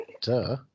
Duh